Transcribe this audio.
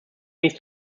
nicht